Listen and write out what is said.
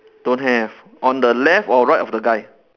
don't have on the left or right of the guy